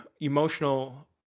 emotional